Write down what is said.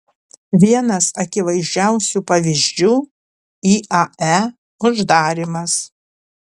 vienas akivaizdžiausių pavyzdžių iae uždarymas